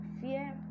fear